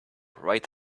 right